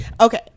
Okay